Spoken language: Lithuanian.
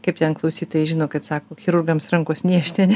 kaip ten klausytojai žino kad sako chirurgams rankos niežti ane